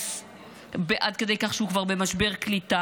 בעומס עד כדי כך שהוא כבר במשבר קליטה,